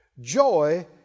Joy